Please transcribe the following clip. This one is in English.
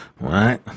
right